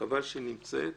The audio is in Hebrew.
שחבל שהיא נמצאת,